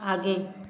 आगे